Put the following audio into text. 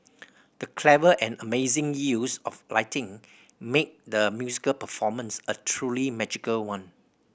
the clever and amazing use of lighting made the musical performance a truly magical one